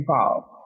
involved